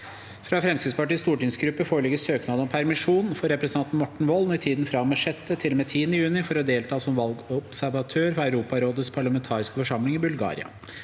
Fra Fremskrittspartiets stortingsgruppe foreligger søknad om permisjon for representanten Morten Wold i tiden fra og med 6. til og med 10. juni for å delta som valgobservatør for Europarådets parlamentariske forsamling i Bulgaria.